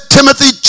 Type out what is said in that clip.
Timothy